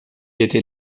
était